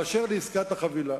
באשר לעסקת החבילה,